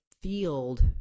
field